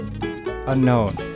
unknown